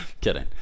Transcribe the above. Kidding